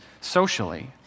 socially